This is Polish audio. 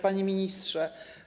Panie Ministrze!